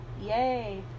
yay